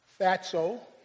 fatso